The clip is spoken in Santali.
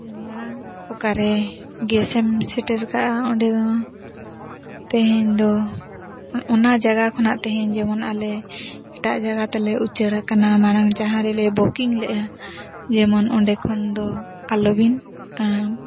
ᱢᱟᱲᱟᱝ ᱚᱠᱟᱨᱮ ᱜᱮᱥᱮᱢ ᱥᱮᱴᱮᱨ ᱟᱠᱟᱫᱼᱟ ᱚᱸᱰᱮ ᱫᱚ ᱛᱮᱦᱮᱧ ᱫᱚ ᱚᱱᱟ ᱡᱟᱭᱜᱟ ᱠᱷᱚᱱᱟᱜ ᱛᱮᱦᱮᱧ ᱡᱮᱢᱚᱱ ᱟᱞᱮ ᱮᱴᱟᱜ ᱡᱟᱭᱜᱟ ᱛᱮᱞᱮ ᱩᱪᱟᱹᱲ ᱟᱠᱟᱱᱟ ᱢᱟᱲᱟᱝ ᱡᱟᱦᱟᱸ ᱨᱮᱞᱮ ᱵᱚᱠᱤᱝ ᱞᱮᱜᱼᱟ ᱡᱮᱢᱚᱱ ᱚᱸᱰᱮ ᱠᱷᱚᱱ ᱫᱚ ᱟᱞᱚᱵᱤᱱ ᱟᱢ